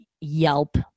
yelp